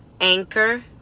Anchor